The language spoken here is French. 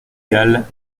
galle